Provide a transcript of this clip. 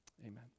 amen